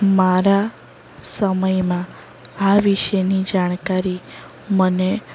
મારા સમયમાં આ વિશેની જાણકારી મને